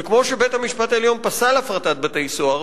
וכמו שבית-המשפט העליון פסל הפרטת בתי-סוהר,